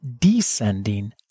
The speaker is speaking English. descending